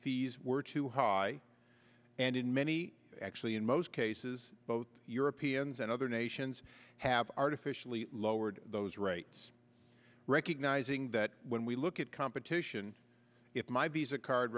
fees were too high and in many actually in most cases both europeans and other nations have artificially lowered those rates recognizing that when we look at competition if my visa card